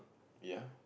ya